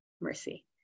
mercy